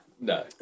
No